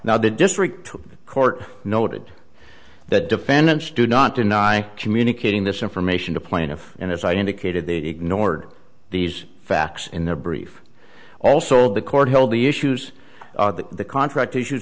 now the district court noted that defendants do not deny communicating this information to plaintiff and as i indicated they ignored these facts in their brief also all the court held the issues that the contract issues